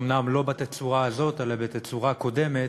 אומנם לא בתצורה הזאת אלא בתצורה קודמת,